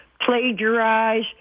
plagiarize